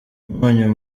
umunyu